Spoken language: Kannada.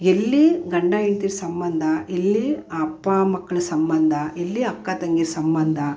ಎಲ್ಲಿ ಗಂಡ ಹೆಂಡ್ತೀರ ಸಂಬಂಧ ಎಲ್ಲಿ ಅಪ್ಪ ಮಕ್ಕಳ ಸಂಬಂಧ ಎಲ್ಲಿ ಅಕ್ಕ ತಂಗೀರ ಸಂಬಂಧ